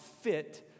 fit